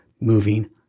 moving